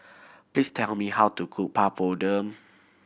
please tell me how to cook Papadum